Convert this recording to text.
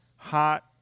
hot